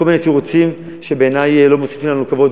עם כל מיני תירוצים שבעיני לא מוסיפים לנו כבוד,